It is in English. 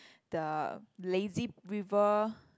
the lazy river